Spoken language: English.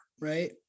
right